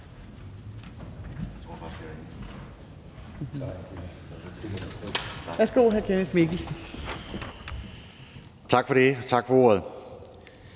Tak for det, og tak for